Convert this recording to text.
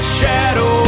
shadow